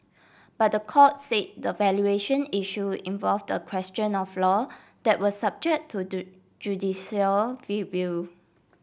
but the court say the valuation issue involved a question of law that was subject to judicial review